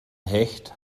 hecht